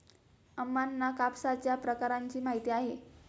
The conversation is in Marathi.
अम्मांना कापसाच्या प्रकारांची माहिती आहे